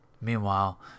Meanwhile